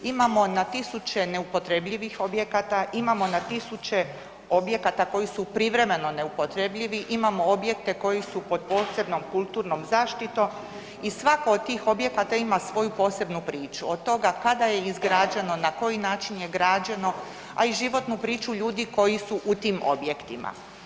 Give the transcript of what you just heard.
Imamo na tisuće neupotrebljivih objekata, imamo na tisuće objekata koji su privremeno neupotrebljivi, imamo objekte koji su pod posebnom kulturnom zaštitom i svako od tih objekata ima svoju posebnu priču, od toga kada je izgrađeno, na koji način je građeno, a i životnu priču ljudi koji su u tim objektima.